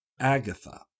Agatha